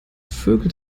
vögel